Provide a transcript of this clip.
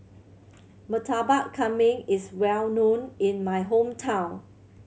Murtabak Kambing is well known in my hometown